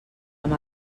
amb